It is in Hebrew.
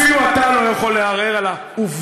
אפילו אתה לא יכול לערער על העובדות.